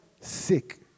sick